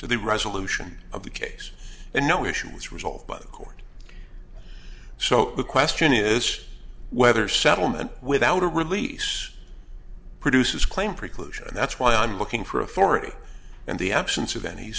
to the resolution of the case and no issue is resolved by the court so the question is whether settlement without a release produces claim preclusion and that's why i'm looking for authority and the absence of any